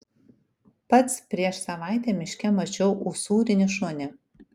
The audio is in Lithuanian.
pats prieš savaitę miške mačiau usūrinį šunį